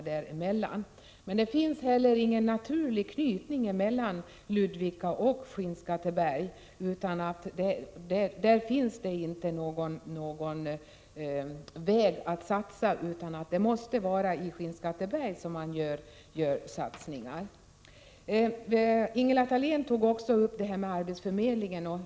Det finns heller ingen naturlig anknytning mellan Ludvika och Skinnskatteberg, så det bör man inte satsa på. Det man bör arbeta för är att åstadkomma fler arbetstillfällen i Skinnskatteberg. Ingela Thalén tog också upp frågan om arbetsförmedlingen.